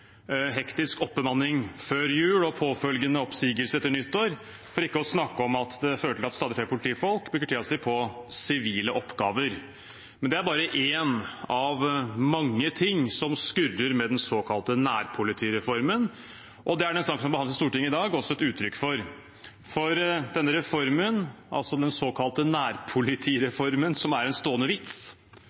hektisk oppbemanning før jul og påfølgende oppsigelser etter nyttår, for ikke å snakke om at det fører til at stadig flere politifolk bruker tiden sin på sivile oppgaver. Men det er bare en av mange ting som skurrer med den såkalte nærpolitireformen, og det er den saken som behandles i Stortinget i dag, også et uttrykk for. For denne reformen, den såkalte nærpolitireformen, som er en stående vits,